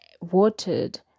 watered